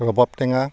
ৰবাব টেঙা